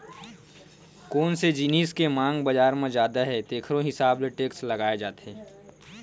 कोन से जिनिस के मांग बजार म जादा हे तेखरो हिसाब ले टेक्स लगाए जाथे